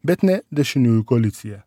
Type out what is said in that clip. bet ne dešiniųjų koaliciją